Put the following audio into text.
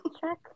Check